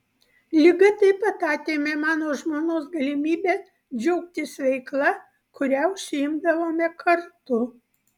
liga taip pat atėmė mano žmonos galimybę džiaugtis veikla kuria užsiimdavome kartu